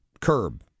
curb